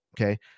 Okay